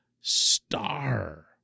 star